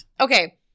Okay